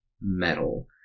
metal